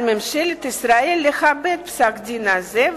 על ממשלת ישראל לכבד פסק-דין זה,